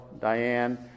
Diane